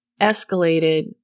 escalated